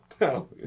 no